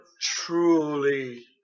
truly